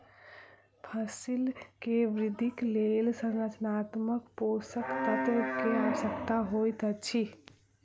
फसिल के वृद्धिक लेल संरचनात्मक पोषक तत्व के आवश्यकता होइत अछि